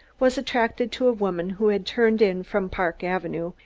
was attracted to a woman who had turned in from park avenue,